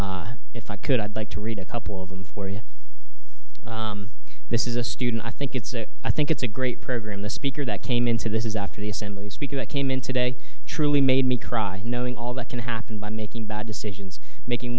if i could i'd like to read a couple of them for you this is a student i think it's a i think it's a great program the speaker that came into this is after the assembly speaker i came in today truly made me cry knowing all that can happen by making bad decisions making